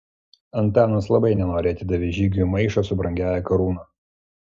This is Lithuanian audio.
antanas labai nenoriai atidavė žygiui maišą su brangiąja karūna